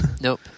Nope